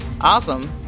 Awesome